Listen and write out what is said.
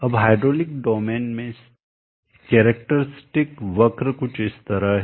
अब hydraulic domain में स्थिर कैरेक्टरिस्टिक वक्र कुछ इस तरह है